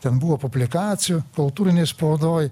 ten buvo publikacijų kultūrinėj spaudoj